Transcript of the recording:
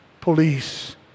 police